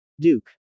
Duke